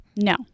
No